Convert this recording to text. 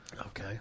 Okay